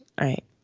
right